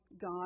God